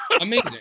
Amazing